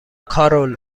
کارول